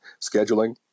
scheduling